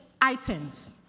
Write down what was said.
items